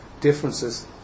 differences